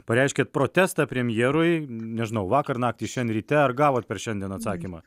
pareiškėt protestą premjerui nežinau vakar naktį šiandien ryte ar gavot per šiandien atsakymą